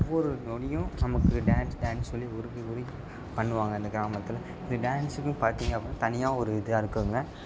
ஒவ்வொரு நொடியும் நமக்கு டான்ஸ் டான்ஸ் சொல்லி உருகி உருகி பண்ணுவாங்க இந்த கிராமத்தில் இது டான்ஸுக்குன்னு பார்த்திங்க அப்படின்னா தனியாக ஒரு இது இருக்கும்ங்க